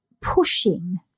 pushing